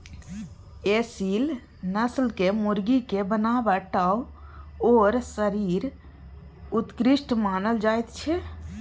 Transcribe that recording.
एसील नस्लक मुर्गीक बनावट आओर शरीर उत्कृष्ट मानल जाइत छै